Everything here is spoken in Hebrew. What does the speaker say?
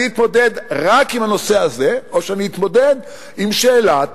אני אתמודד רק עם הנושא הזה או שאני אתמודד עם שאלת